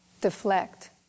deflect